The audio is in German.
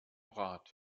rat